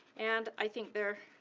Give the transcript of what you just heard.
and i think they're